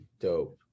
dope